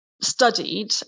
studied